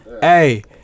Hey